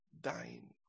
dying